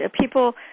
people